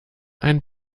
ein